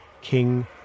King